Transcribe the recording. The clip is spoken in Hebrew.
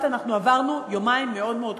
אנחנו עברנו יומיים מאוד מאוד קשים.